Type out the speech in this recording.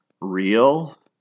real